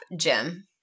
Jim